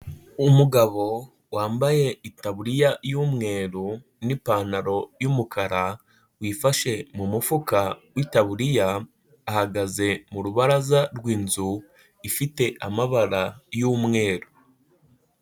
Umugabo wambaye itaburiya y'umweru n'ipantaro y'umukara, wifashe mu mufuka w'itaburiya, ahagaze mu rubaraza rw'inzu ifite amabara y'umweru.